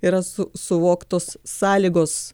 yra su suvoktos sąlygos